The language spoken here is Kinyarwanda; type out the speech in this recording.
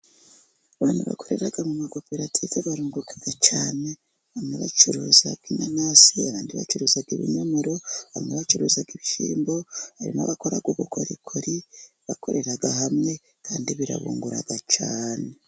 Abantu bakorera mu makoperative barunguka cyane. Bamwe bacuruza inanasi, abandi bacuruza ibinyomoro, abandi bacuruza ibishyimbo, hari n'abakora ubukorikori, bakorera hamwe kandi birabungura cyane.